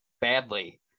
badly